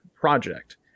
project